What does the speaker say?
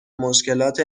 مشکلات